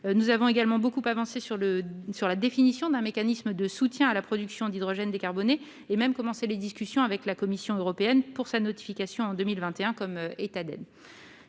Nous avons également beaucoup avancé sur la définition d'un mécanisme de soutien à la production d'hydrogène décarboné et même commencé les discussions avec la Commission européenne pour sa notification comme aide